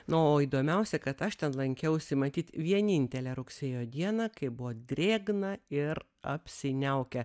na o įdomiausia kad aš ten lankiausi matyt vienintelę rugsėjo dieną kai buvo drėgna ir apsiniaukę